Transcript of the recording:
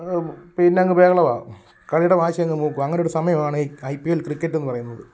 പിന്നങ്ങ് ബഹളമാ കളിയുടെ വാശിയങ്ങ് മൂക്കും അങ്ങനെയൊരു സമയമാണ് ഈ ഐ പി എൽ ക്രിക്കറ്റെന്ന് പറയുന്നത്